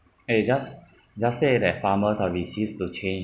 okay just just say that farmers are resist to change